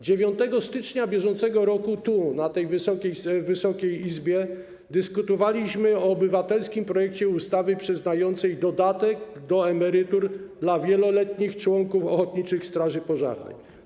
9 stycznia br. tu, w Wysokiej Izbie, dyskutowaliśmy o obywatelskim projekcie ustawy przyznającej dodatek do emerytur dla wieloletnich członków ochotniczych straży pożarnych.